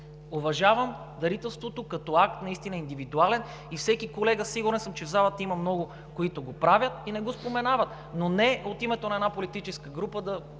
Уважавам дарителството като акт, наистина индивидуален и всеки колега, сигурен съм, че в залата има много, които го правят и не го споменават, но не от името на една политическа група да